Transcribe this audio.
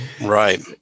Right